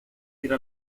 gira